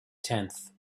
tenth